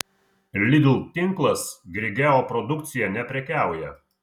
lidl tinklas grigeo produkcija neprekiauja